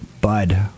bud